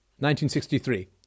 1963